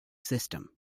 system